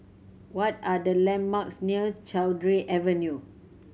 what are the landmarks near Cowdray Avenue